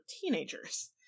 teenagers